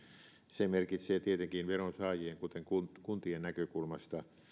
se merkitsee tietenkin veronsaajien kuten kuntien näkökulmasta